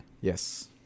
Yes